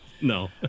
No